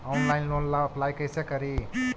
Online loan ला apply कैसे करी?